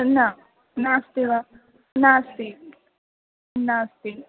न नास्ति वा नास्ति नास्ति